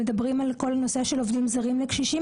ואנחנו מדברים על כל הנושא של עובדים זרים לקשישים,